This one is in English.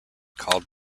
called